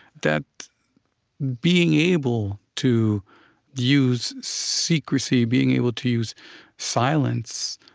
that being able to use secrecy, being able to use silence,